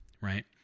right